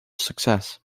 success